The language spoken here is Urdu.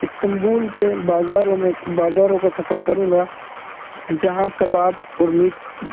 استنبول کے بازاروں میں بازاروں کا سفر کروں گا جہاں کباب اور میٹ